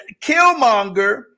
Killmonger